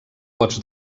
pots